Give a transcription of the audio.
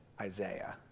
Isaiah